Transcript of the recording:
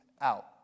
out